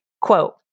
Quote